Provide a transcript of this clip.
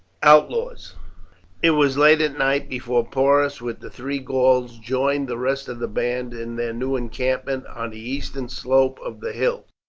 outlaws it was late at night before porus with the three gauls joined the rest of the band in their new encampment on the eastern slope of the hills.